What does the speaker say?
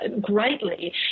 greatly